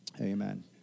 Amen